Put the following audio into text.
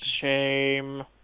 Shame